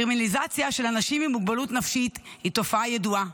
קרימינליזציה של אנשים עם מוגבלות נפשית היא תופעה ידועה.